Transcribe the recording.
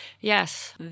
Yes